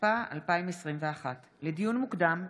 התשפ"א 2021. לדיון מוקדם,